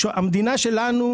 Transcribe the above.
המדינה שלנו,